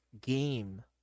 game